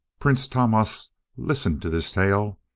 prince tahmasp listened to this tale,